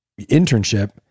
internship